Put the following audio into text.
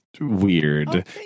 weird